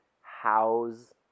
house